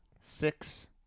six